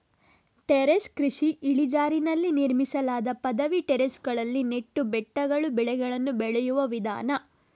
terrace ಕೃಷಿ ಇಳಿಜಾರಿನಲ್ಲಿ ನಿರ್ಮಿಸಲಾದ ಪದವಿ ಟೆರೇಸುಗಳಲ್ಲಿ ನೆಟ್ಟು ಬೆಟ್ಟಗಳು ಬೆಳೆಗಳನ್ನು ಬೆಳೆಯುವ ವಿಧಾನ